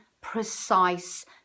precise